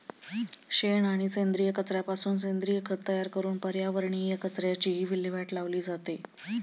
शेण आणि सेंद्रिय कचऱ्यापासून सेंद्रिय खत तयार करून पर्यावरणीय कचऱ्याचीही विल्हेवाट लावली जाते